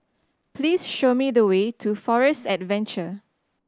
please show me the way to Forest Adventure